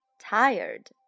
tired